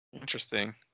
Interesting